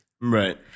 Right